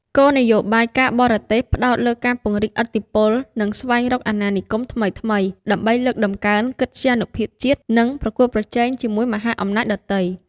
គោលនយោបាយការបរទេសផ្តោតលើការពង្រីកឥទ្ធិពល និងស្វែងរកអាណានិគមថ្មីៗ ដើម្បីលើកតម្កើងកិត្យានុភាពជាតិ និងប្រកួតប្រជែងជាមួយមហាអំណាចដទៃ។